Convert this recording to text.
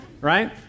right